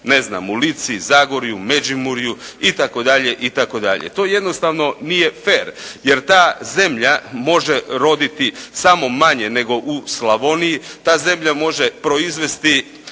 Podravini, u Lici, Zagorju, Međimurju itd., itd. To jednostavno nije fer jer ta zemlja može roditi samo manje nego u Slavoniji, ta zemlja može proizvesti